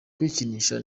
kwikinisha